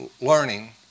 learning